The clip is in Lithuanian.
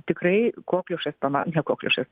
tikrai kokliušas pama ne kokliušas